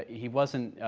he wasn't,